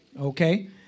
Okay